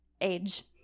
age